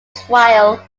trail